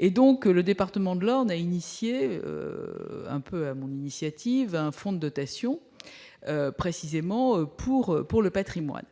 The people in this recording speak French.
Le département de l'Orne a mis en place, un peu sur mon initiative, un fonds de dotation pour le patrimoine.